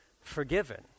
forgiven